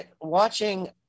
watching